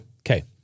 Okay